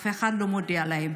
אף אחד לא מודיע להם.